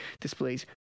displays